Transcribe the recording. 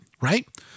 Right